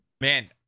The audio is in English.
Man